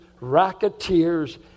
racketeers